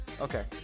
Okay